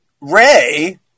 Ray